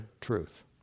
truth